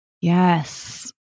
Yes